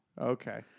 Okay